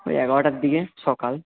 ওই এগারোটার দিকে সকাল